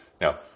Now